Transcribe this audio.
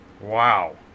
Wow